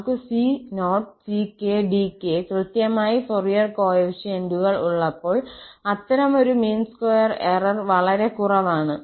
നമുക്ക് c0ckdk കൃത്യമായി Fourier കോഫിഫിഷ്യന്റുകൾ ഉള്ളപ്പോൾ അത്തരമൊരു മീൻ സ്ക്വയർ എറർ വളരെ കുറവാണ്